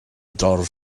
dorf